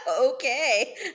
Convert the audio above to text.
Okay